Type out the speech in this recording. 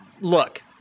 look